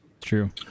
true